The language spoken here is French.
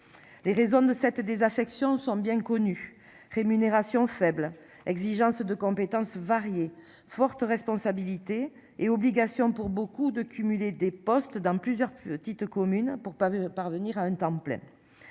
Les raisons de cette désaffection sont bien connus. Rémunérations faibles exigences de compétences variées fortes responsabilités et obligations pour beaucoup de cumuler des postes dans plusieurs petites communes pour pas parvenir à un temps plein.